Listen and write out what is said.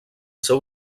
seu